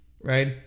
right